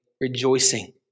rejoicing